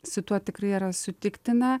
su tuo tikrai yra sutiktina